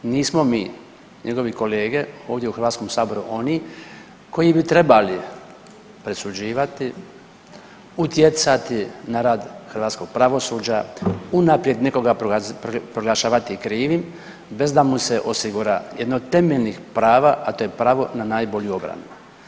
Nismo mi njegovi kolege ovdje u HS oni koji bi trebali presuđivati, utjecati na rad hrvatskog pravosuđa, unaprijed nekoga proglašavati krivim bez da mu se osigura jedno od temeljnih prava, a to je pravo na najbolju obranu.